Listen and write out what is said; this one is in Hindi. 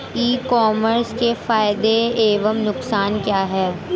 ई कॉमर्स के फायदे एवं नुकसान क्या हैं?